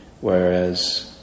Whereas